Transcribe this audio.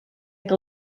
que